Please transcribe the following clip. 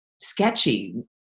sketchy